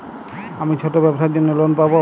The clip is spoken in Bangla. আমি ছোট ব্যবসার জন্য লোন পাব?